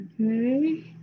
Okay